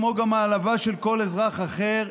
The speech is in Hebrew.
כמו גם העלבה של כל אזרח אחר,